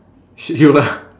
shit you lah